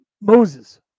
Moses